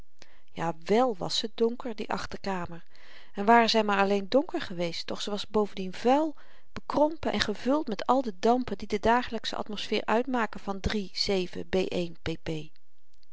ja wèl was ze donker die achterkamer en ware zy maar alleen donker geweest doch ze was bovendien vuil bekrompen en gevuld met al de dampen die de dagelyksche atmosfeer uitmaken van iii b